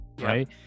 right